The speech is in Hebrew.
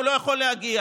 הוא לא יכול להגיע.